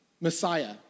Messiah